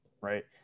Right